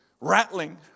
rattling